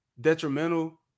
detrimental